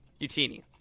utini